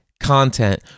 content